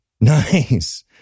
Nice